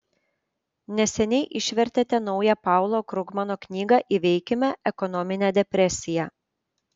neseniai išvertėte naują paulo krugmano knygą įveikime ekonominę depresiją